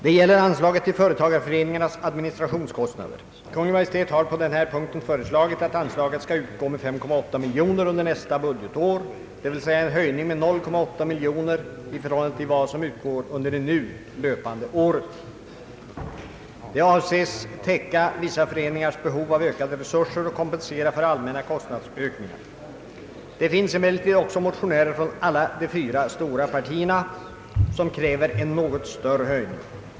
Det gäller anslaget till företagareföreningarnas administrationskostnader. Kungl. Maj:t har på denna punkt föreslagit att anslaget skall utgå med 5,8 miljoner kronor under nästa budgetår, dvs. en höjning med 0,8 miljon kronor i förhållande till vad som utgår under det nu löpande budgetåret. Det avses täcka vissa föreningars behov av ökade resurser och kompensera för allmänna kostnadsökningar. Det finns emellertid också från alla de fyra stora partierna motionärer, som kräver en något större höjning.